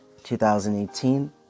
2018